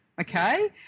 okay